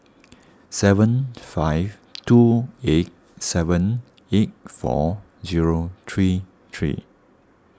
seven five two eight seven eight four zero three three